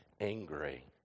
angry